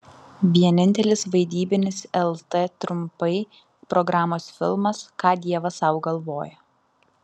vienintelis vaidybinis lt trumpai programos filmas ką dievas sau galvoja